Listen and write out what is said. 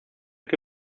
que